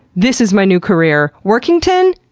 this is my new career. workington?